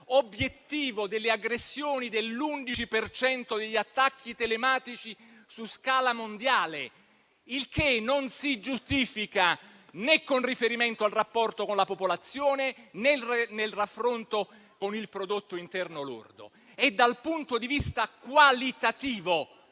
obiettivo delle aggressioni dell'11 per cento degli attacchi telematici su scala mondiale, il che non si giustifica né con riferimento al rapporto con la popolazione, né nel raffronto con il prodotto interno lordo. Dal punto di vista qualitativo,